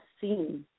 seen